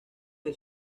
que